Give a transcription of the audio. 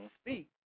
speak